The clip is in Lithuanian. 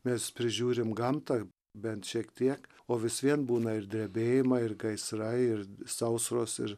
mes prižiūrim gamtą bent šiek tiek o vis vien būna ir drebėjimai ir gaisrai ir sausros ir